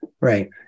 Right